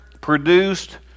produced